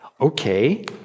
Okay